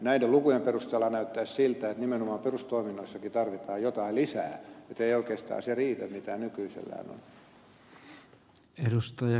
näiden lukujen perusteella näyttäisi siltä että nimenomaan perustoiminnoissakin tarvitaan jotain lisää ettei oikeastaan se riitä mitä nykyisellään on